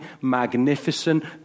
magnificent